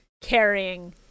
carrying